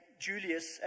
Julius